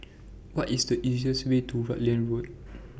What IS The easiest Way to Rutland Road